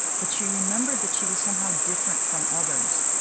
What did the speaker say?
but she remembered that she was somehow different from others.